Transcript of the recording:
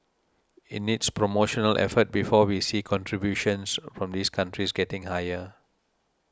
it needs promotional effort before we see contributions from these countries getting higher